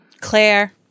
Claire